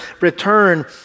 return